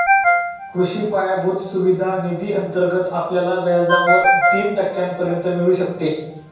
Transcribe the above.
कृषी पायाभूत सुविधा निधी अंतर्गत आपल्याला व्याजावर तीन टक्क्यांपर्यंत मिळू शकते